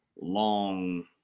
long